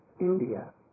India